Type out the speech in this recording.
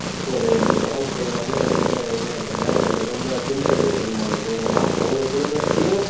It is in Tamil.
ஒரு உடம்பு சரி இல்லாமல் ரொம்ப ஏழ்மையாக இருக்காங்க அவர் ரொம்ப பின்தங்கிய குடும்பம் அந்த குடும்பலாம் அவங்க குடும்பத்துலேயும்